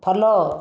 follow